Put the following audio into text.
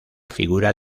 figura